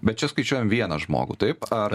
bet čia skaičiuojam vieną žmogų taip ar